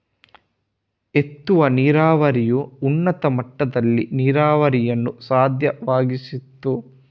ಎತ್ತುವ ನೀರಾವರಿಯು ಉನ್ನತ ಮಟ್ಟದಲ್ಲಿ ನೀರಾವರಿಯನ್ನು ಸಾಧ್ಯವಾಗಿಸಿತು